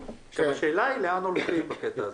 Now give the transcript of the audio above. השאלה היא לאן הולכים בקטע הזה.